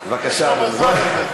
בבקשה, אדוני.